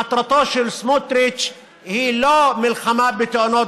מטרתו של סמוטריץ היא לא מלחמה בתאונות